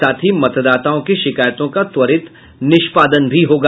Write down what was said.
साथ ही मतदाताओं की शिकायतों का त्वरित निष्पादन भी होगा